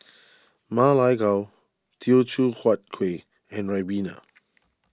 Ma Lai Gao Teochew Huat Kueh and Ribena